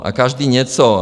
A každý něco.